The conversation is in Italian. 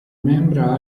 membra